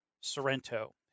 Sorrento